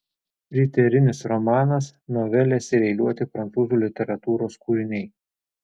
riterinis romanas novelės ir eiliuoti prancūzų literatūros kūriniai